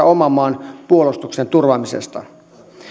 oman maan puolustuksen turvaamisesta